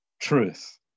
truth